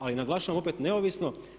Ali naglašavam opet neovisno.